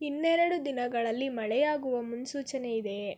ಇನ್ನೆರಡು ದಿನಗಳಲ್ಲಿ ಮಳೆಯಾಗುವ ಮುನ್ಸೂಚನೆ ಇದೆಯೆ